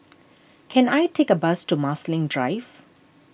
can I take a bus to Marsiling Drive